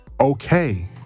okay